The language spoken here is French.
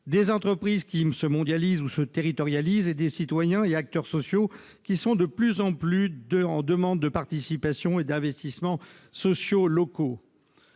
des entreprises qui se mondialisent ou se territorialisent et des citoyens et acteurs sociaux de plus en plus en demande de participation et d'investissement social local.